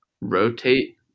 Rotate